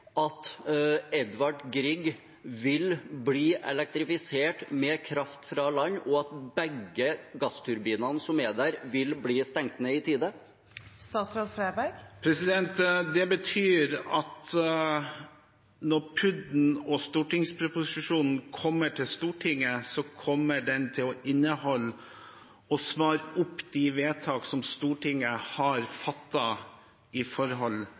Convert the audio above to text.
at Edvard Grieg vil bli elektrifisert med kraft fra land, og at begge gassturbinene som er der, vil bli stengt ned i tide? Det betyr at når PUD-en og stortingsproposisjonen kommer til Stortinget, kommer de til å inneholde og svare opp de vedtak som Stortinget har